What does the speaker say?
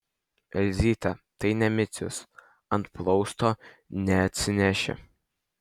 elzytė tai ne micius ant plausto neatsineši